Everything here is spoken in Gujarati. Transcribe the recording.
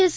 એસ